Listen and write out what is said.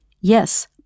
Yes